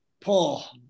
Paul